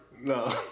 No